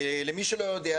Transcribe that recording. למי שלא יודע,